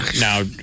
now